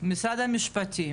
מנכ"לית חברת "מקסימדיה".